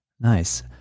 Nice